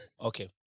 Okay